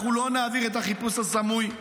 אנחנו לא נעביר את החיפוש הסמוי,